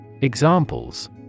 Examples